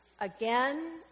again